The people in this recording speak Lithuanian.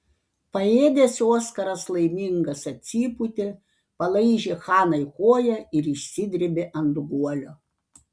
paėdęs oskaras laimingas atsipūtė palaižė hanai koją ir išsidrėbė ant guolio